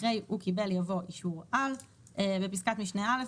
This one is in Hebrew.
אחרי "הוא קיבל" יבוא "אישור על"; בפסקת משנה (א),